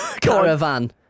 Caravan